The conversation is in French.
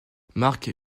mark